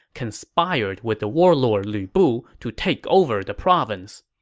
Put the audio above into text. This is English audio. conspired with the warlord lu bu to take over the province.